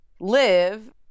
live